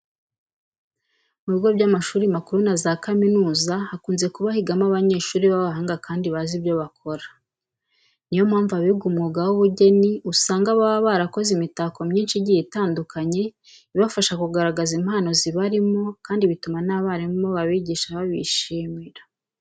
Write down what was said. Mu bigo by'amashuri makuru na za kaminuza hakunze kuba higamo abanyeshuri b'abahanga kandi bazi ibyo bakora. Ni yo mpamvu abiga umwuga w'ubugeni usanga baba barakoze imitako myinshi igiye itandukanye ibafasha kugaragaza impano zibarimo kandi bituma n'abarimu babigisha babishimira.